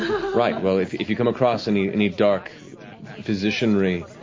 right. well, if if you come across any any dark physicianry,